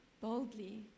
boldly